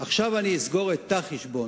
עכשיו אני אסגור אתה חשבון.